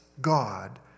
God